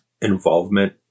involvement